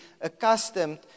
accustomed